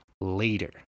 later